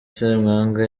ssemwanga